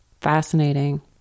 Fascinating